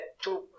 two